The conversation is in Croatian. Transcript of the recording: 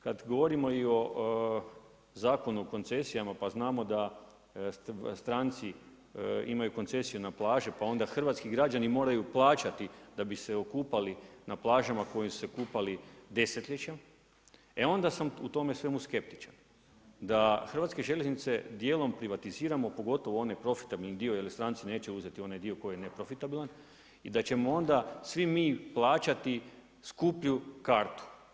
Kada govorimo i o Zakonu o koncesijama pa znamo da stranci imaju koncesije na plaže, pa onda hrvatski građani moraju plaćati da bi se okupali na plažama na kojima su se kupali desetljećima, e onda sam u tome svemu skeptičan, da Hrvatske željeznice dijelom privatiziramo pogotovo onaj profitabilni dio jer stranci neće uzeti onaj dio koji je neprofitabilan i da ćemo onda svi mi plaćati skuplju kartu.